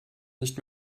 nicht